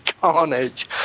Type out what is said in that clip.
carnage